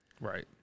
Right